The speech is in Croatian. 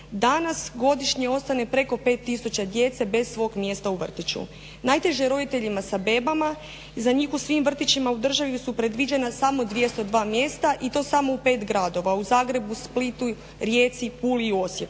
Danas godišnje ostane preko pet tisuća djece bez svog mjesta u vrtiću. Najteže je roditeljima s bebama. Za njih u svim vrtićima u državi su predviđena samo 202 mjesta i to samo u pet gradova u Zagrebu, Splitu, Rijeci, Puli i Osijeku.